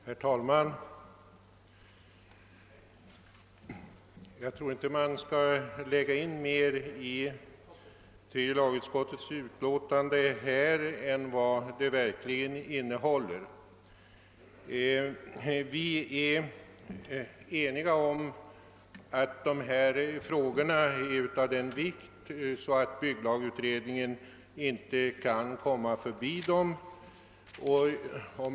Herr talman! Jag tror inte att man skall läsa in mer i tredje lagutskottets utlåtande än vad det verkligen innehåller. Vi är eniga om att dessa frågor är av sådan vikt att bygglagutredningen inte kan förbigå dem.